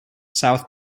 south